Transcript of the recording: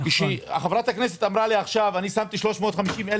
וחברת הכנסת אמרה לי עכשיו אני שמתי 350,000